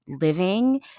living